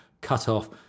cutoff